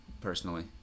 personally